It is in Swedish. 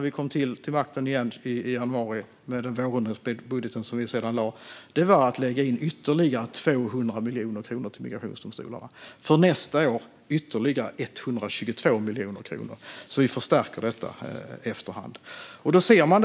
Vi kom till makten igen i januari, och i vårändringsbudgeten som vi sedan lade fram lade vi in ytterligare 200 miljoner kronor till migrationsdomstolarna, och för nästa år lägger vi ytterligare 122 miljoner kronor. Vi förstärker alltså detta efter hand. För övrigt ser man